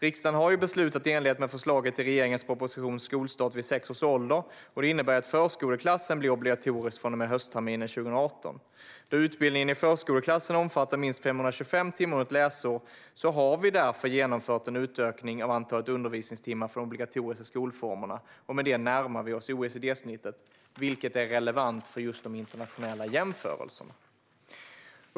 Riksdagen har beslutat i enlighet med förslagen i regeringens proposition Skolstart vid sex års ålder . Det innebär att förskoleklassen blir obligatorisk från och med höstterminen 2018. Då utbildningen i förskoleklassen omfattar minst 525 timmar under ett läsår har vi genomfört en utökning av antalet undervisningstimmar för de obligatoriska skolformerna, och med det närmar vi oss OECD-snittet, vilket är relevant för just de internationella jämförelserna.